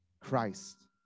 Christ